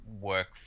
work